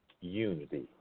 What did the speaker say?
Unity